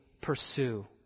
pursue